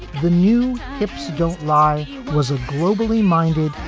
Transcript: the new hips don't lie. he was a globally minded,